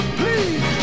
please